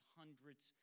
hundreds